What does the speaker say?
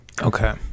okay